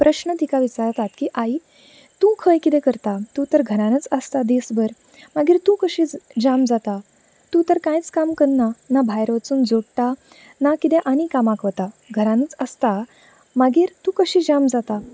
प्रश्न तिका विचारतात की आई तूं खंय किदें करता तूं तर घरानच आसता दीस भर मागीर तूं कशी च ज्याम जाता तूं तर कांयच काम करना ना भायर वचून जोडटा ना किद्या आनी कामाक वता घरानूच आसता मागीत तूं कशी ज्याम जाता